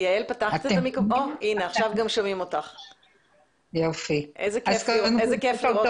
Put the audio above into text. מה שקורה פה, קודם כל אני